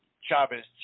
Chavez